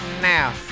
now